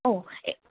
ए